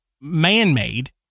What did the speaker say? man-made